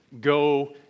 Go